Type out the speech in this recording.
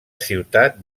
ciutat